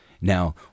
Now